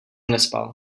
nespal